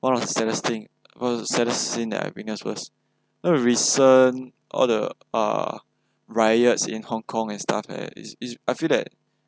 one of the saddest thing one of the saddest scene that I witnessed was you know recent all the uh riots in hongkong and stuff like that is is I feel that